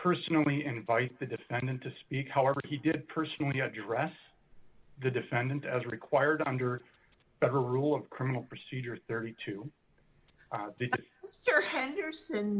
personally invite the defendant to speak however he did personally address the defendant as required under the rule of criminal procedure thirty two